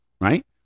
right